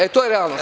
E to je realnost.